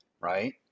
right